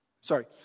sorry